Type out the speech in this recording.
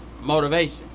motivation